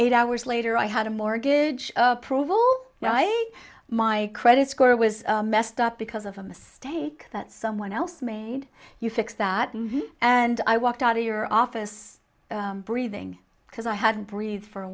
eight hours later i had a mortgage approval a my credit score was messed up because of a mistake that someone else made you fix that movie and i walked out of your office breathing because i haven't breathed for a